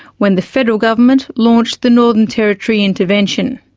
when the federal government launched the northern territory intervention.